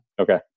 Okay